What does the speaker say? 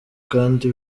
kandi